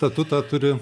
statutą turi